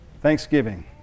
Thanksgiving